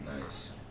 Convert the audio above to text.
Nice